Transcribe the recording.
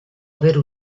aver